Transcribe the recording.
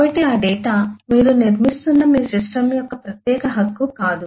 కాబట్టి ఆ డేటా మీరు నిర్మిస్తున్న మీ సిస్టమ్ యొక్క ప్రత్యేక హక్కు కాదు